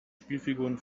spielfiguren